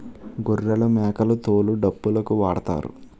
గొర్రెలమేకల తోలు డప్పులుకు వాడుతారు